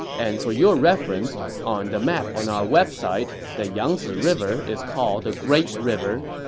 and for your reference, on the map on our website, the yangzi river is called the great river.